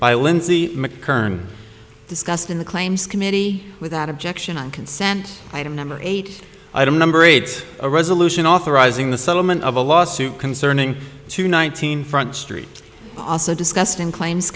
by lindsay mckern discussed in the claims committee without objection on consent item number eight item number eight a resolution authorizing the settlement of a lawsuit concerning two nineteen front street also discussed in claims